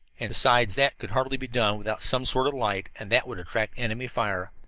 and, besides, that could hardly be done without some sort of light, and that would attract enemy fire.